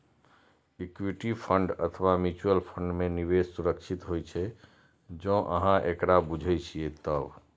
equity fund अथवा mutual fund मे निवेश सुरक्षित होइ छै, जौं अहां एकरा बूझे छियै तब